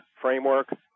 framework